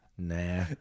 Nah